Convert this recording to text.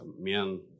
men